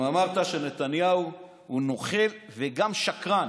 וגם אמרת שנתניהו הוא נוכל וגם שקרן.